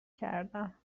کردم